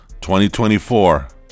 2024